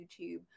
YouTube